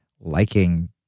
liking